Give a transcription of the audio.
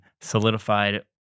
solidified